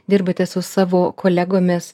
dirbate su savo kolegomis